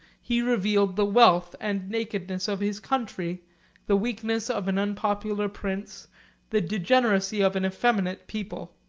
he revealed the wealth and nakedness of his country the weakness of an unpopular prince the degeneracy of an effeminate people.